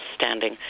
standing